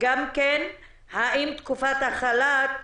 תקופת החל"ת,